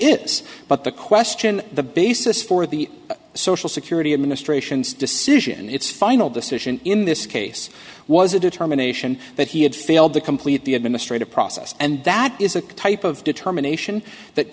is but the question the basis for the social security administration's decision in its final decision in this case was a determination that he had failed to complete the administrative process and that is a type of determination that